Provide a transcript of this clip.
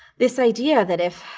this idea that if